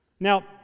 Now